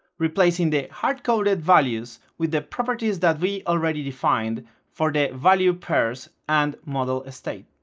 replacing the hardcoded values with the properties that we already defined for the value pairs and model ah state,